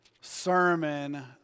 sermon